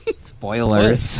Spoilers